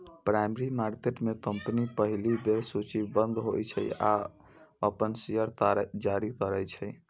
primary market में company पहिल बेर सूचीबद्ध होइ छै आ अपन शेयर जारी करै छै